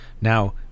now